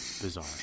Bizarre